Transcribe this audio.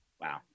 Wow